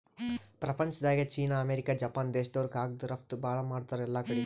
ಪ್ರಪಂಚ್ದಾಗೆ China, America, Japan ದೇಶ್ದವ್ರು ಕಾಗದ್ ರಫ್ತು ಭಾಳ್ ಮಾಡ್ತಾರ್ ಎಲ್ಲಾಕಡಿ